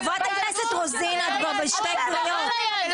חברת הכנסת רוזין, את כבר בשתי קריאות.